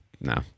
no